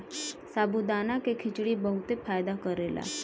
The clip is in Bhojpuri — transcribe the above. साबूदाना के खिचड़ी बहुते फायदा करेला